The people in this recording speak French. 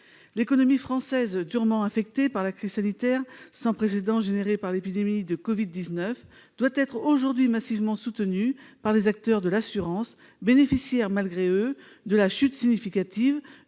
L'économie française, durement affectée par la crise sanitaire sans précédent générée par l'épidémie de Covid-19, doit être aujourd'hui massivement soutenue par les acteurs de l'assurance, bénéficiaires malgré eux de la chute significative